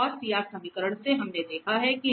और CR समीकरण से हमने देखा कि